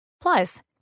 Plus